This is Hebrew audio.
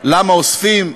למה אוספים,